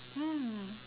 mm